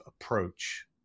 approach